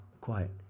Quiet